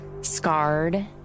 scarred